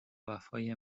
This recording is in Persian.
وفای